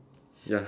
ya